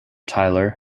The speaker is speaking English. tyler